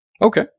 Okay